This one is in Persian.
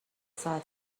ساعت